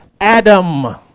Adam